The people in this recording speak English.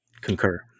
Concur